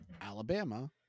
Alabama